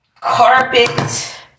carpet